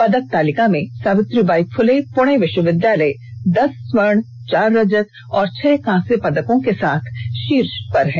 पदकतालिका में सावित्रीबाई फूले पुणे विश्वविद्यालय दस स्वर्ण चार रजत और छह कांस्य पदकों के साथ शीर्ष पर है